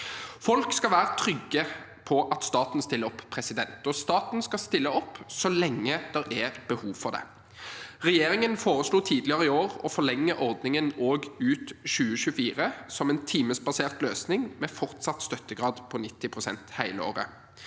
Folk skal være trygge på at staten stiller opp, og staten skal stille opp så lenge det er behov for det. Regjeringen foreslo tidligere i år å forlenge ordningen også ut 2024 som en timesbasert løsning, med fortsatt støttegrad på 90 pst. hele året.